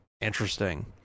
Interesting